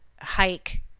hike